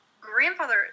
grandfather